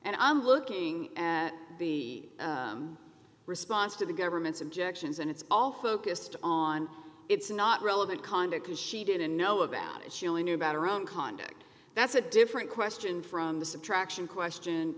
and i'm looking at b response to the government's objections and it's all focused on it's not relevant conduct as she didn't know about it she only knew about her own conduct that's a different question from the subtraction question